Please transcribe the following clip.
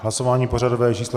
Hlasování pořadové číslo 231.